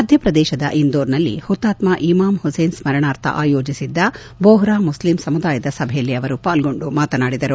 ಮಧ್ಯಪ್ರದೇಶದ ಇಂದೋರ್ನಲ್ಲಿ ಹುತಾತ್ನ ಇಮಾಮ್ ಹುಸೇನ್ ಸ್ನರಣಾರ್ಥ ಆಯೋಜಿಸಿದ್ದ ಬೋಹ್ರಾ ಮುಸ್ಲಿಂ ಸಮುದಾಯದ ಸಭೆಯಲ್ಲಿ ಅವರು ಪಾಲ್ಗೊಂಡು ಮಾತನಾಡಿದರು